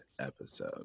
episode